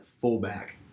fullback